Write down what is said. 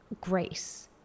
grace